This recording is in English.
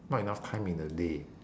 not enough time in the day